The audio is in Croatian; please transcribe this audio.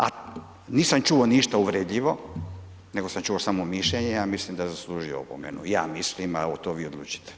A nisam čuo ništa uvredljivo nego sam čuo samo mišljenje, ja mislim da je zaslužio opomenu, ja mislim, a to vi odlučite.